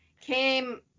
came